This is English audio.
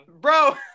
Bro